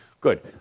Good